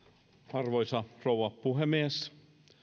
arvoisa rouva puhemies